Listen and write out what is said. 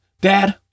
Dad